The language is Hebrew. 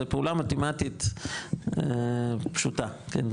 זו פעולה מתמטית פשוטה, כן?